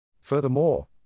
Furthermore